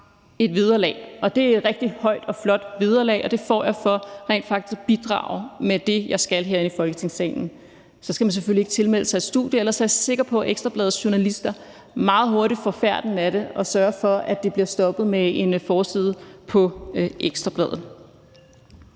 et vederlag, og det er et rigtig højt og flot vederlag, og det får jeg for rent faktisk at bidrage med det, jeg skal herinde i Folketingssalen. Så skal man selvfølgelig ikke tilmelde sig et studie, og ellers er jeg sikker på, at Ekstra Bladets journalister meget hurtigt får færten af det og sørger for, at det bliver stoppet med en forside på Ekstra Bladet.